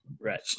Right